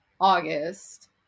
August